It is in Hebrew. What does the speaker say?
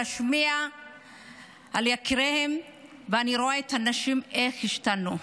להשמיע על יקיריהן אני רואה איך אנשים השתנו.